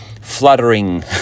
fluttering